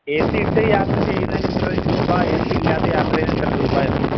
ഏ സി ഇട്ട് യാത്ര ചെയ്യുന്നതിന് ഇത്ര രൂപ ഏ സി ഇല്ലാതെ യാത്ര ചെയ്യുന്നതിന് ഇത്ര രൂപയെന്നുണ്ട്